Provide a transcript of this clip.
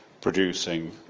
producing